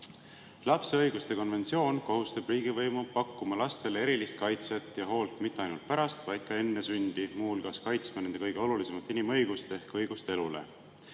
Lapse õiguste konventsioon kohustab riigivõimu pakkuma lastele erilist kaitset ja hoolt mitte ainult pärast, vaid ka enne sündi, muu hulgas kaitsma nende kõige olulisemat inimõigust ehk õigust elule.